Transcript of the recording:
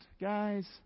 Guys